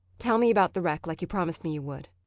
tell me about the wreck, like you promised me you would.